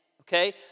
Okay